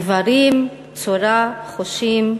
איברים, צורה, חושים?